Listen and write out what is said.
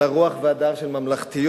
אלא רוח והדר של ממלכתיות,